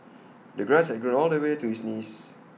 the grass had grown all the way to his knees